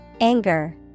Anger